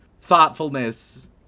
thoughtfulness